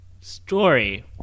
story